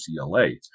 UCLA